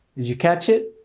did you catch it?